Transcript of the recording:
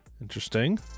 Interesting